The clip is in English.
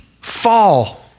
fall